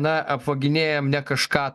na apvaginėjam ne kažką